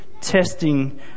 testing